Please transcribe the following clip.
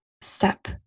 step